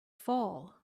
fall